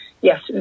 Yes